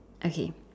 okay